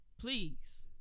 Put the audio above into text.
please